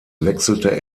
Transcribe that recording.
wechselte